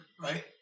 Right